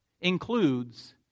includes